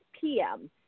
PM